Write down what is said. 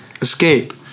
Escape